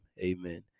amen